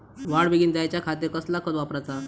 वाढ बेगीन जायच्या खातीर कसला खत वापराचा?